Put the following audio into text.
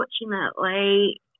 unfortunately